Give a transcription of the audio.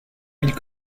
ville